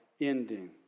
Ending